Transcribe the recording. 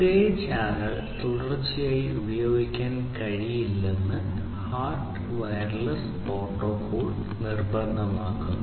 ഒരേ ചാനൽ തുടർച്ചയായി ഉപയോഗിക്കാൻ കഴിയില്ലെന്ന് HART വയർലെസ് പ്രോട്ടോക്കോൾ നിർബന്ധമാക്കുന്നു